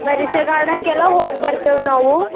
ಬರೀಷ ಗಾರ್ಡನ್ಕೆಲ್ಲ ಹೋಗಿ ಬರ್ತೇವೆ ನಾವು